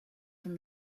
from